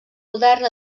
modern